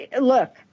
look